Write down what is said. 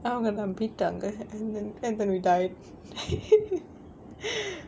அவங்க நம்பிட்டாங்க:avanga nambittaanga and then and then we died